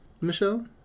Michelle